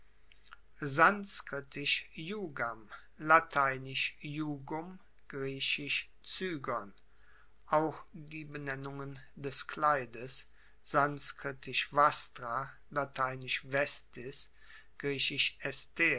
sanskritisch iugam lateinisch iugum griechisch auch die benennungen des kleides sanskritisch